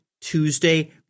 Tuesday